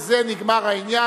בזה נגמר העניין.